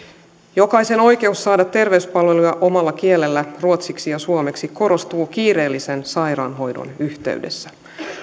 jokaisen oikeus saada terveyspalveluja omalla kielellään ruotsiksi ja suomeksi korostuu kiireellisen sairaanhoidon yhteydessä